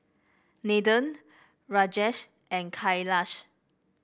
Nathan Rajesh and Kailash